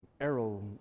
Arrow